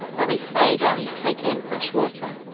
where we staid only to take in fresh water.